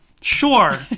Sure